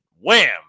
Wham